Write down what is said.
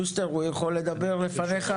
שוסטר, הוא יכול לדבר לפניך?